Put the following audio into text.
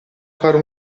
fare